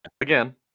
again